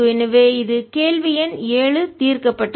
எனவே இது கேள்வி எண் 7 தீர்க்கப்பட்டது